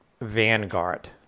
vanguard